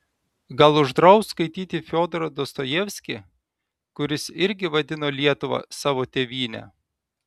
gal uždraus skaityti fiodorą dostojevskį kuris irgi vadino lietuvą savo tėvyne